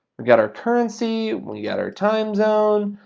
got our currency. we got our time zone.